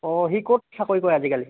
অঁ সি ক'ত চাকৰি কৰে আজিকালি